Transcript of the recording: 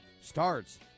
starts